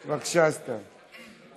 בבקשה, סתיו.